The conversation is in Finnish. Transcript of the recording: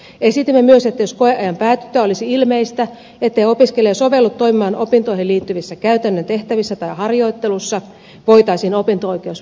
esitimme myös että jos koeajan päätyttyä olisi ilmeistä ettei opiskelija sovellu toimimaan opintoihin liittyvissä käytännön tehtävissä tai harjoittelussa voitaisiin opinto oikeus peruuttaa